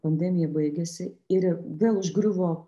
pandemija baigėsi ir vėl užgriuvo